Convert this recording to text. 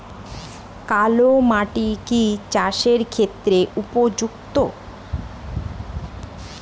কালো মাটি কি চাষের ক্ষেত্রে উপযুক্ত?